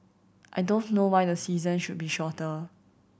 I don't know why the season should be shorter